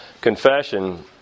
confession